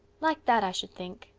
like that, i should think,